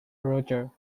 roger